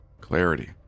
Clarity